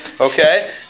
Okay